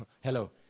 Hello